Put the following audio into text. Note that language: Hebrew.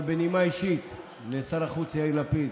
אבל בנימה אישית לשר החוץ יאיר לפיד,